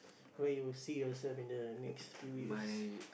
where you see yourself in the next few years